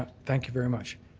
thank you very much.